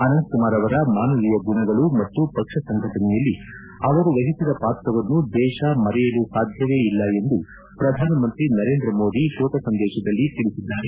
ಅನಂತ್ಕುಮಾರ್ ಅವರ ಮಾನವೀಯ ಗುಣಗಳು ಮತ್ತು ಪಕ್ಷ ಸಂಘಟನೆಯಲ್ಲಿ ಅವರು ವಹಿಸಿದ ಪಾತ್ರವನ್ನು ದೇಶ ಮರೆಯಲು ಸಾಧ್ಯವೇ ಇಲ್ಲ ಎಂದು ಪ್ರಧಾನಮಂತ್ರಿ ನರೇಂದ್ರಮೋದಿ ಶೋಕ ಸಂದೇಶದಲ್ಲಿ ತಿಳಿಸಿದ್ದಾರೆ